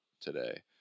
today